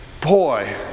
boy